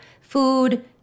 food